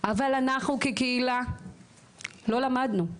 אבל אנחנו כקהילה לא למדנו,